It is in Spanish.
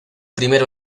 primero